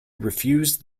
refused